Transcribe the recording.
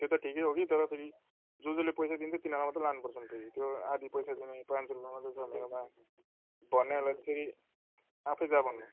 हो त्यो त ठिकै हो कि तर फेरि जो जोले पैसा दिन्छ तिनीहरूलाई मात्रै लानुपर्छ नि फेरि त्यो आधी पैसा दिने पान सौ रुपियाँ मत्रै छ भनेर ला भन्नेलाई फेरि आफै जा भन्ने